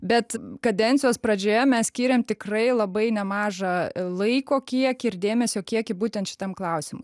bet kadencijos pradžioje mes skyrėm tikrai labai nemažą laiko kiekį ir dėmesio kiekį būtent šitam klausimui